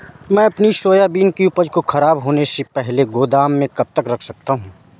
मैं अपनी सोयाबीन की उपज को ख़राब होने से पहले गोदाम में कब तक रख सकता हूँ?